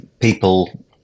people